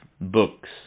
books